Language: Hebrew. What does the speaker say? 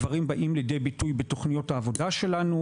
הדברים באים לידי ביטוי בתכניות העבודה שלנו